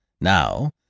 Now